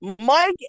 Mike